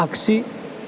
आगसि